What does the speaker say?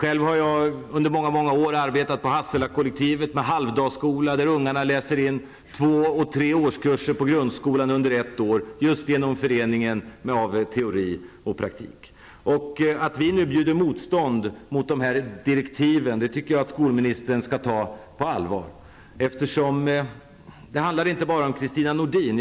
Själv har jag under många många år arbetat på Hasselakollektivet med halvdagsskola, där ungarna läser in två och tre årskurser på grundskolan under ett år just genom föreningen av teori och praktik. Att vi nu bjuder motstånd mot de här direktiven tycker jag att skolministern skall ta på allvar. Det handlar inte bara om Kristina Nordin.